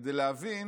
כדי להבין